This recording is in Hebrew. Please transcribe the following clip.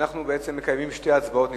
אנחנו מקיימים שתי הצבעות נפרדות: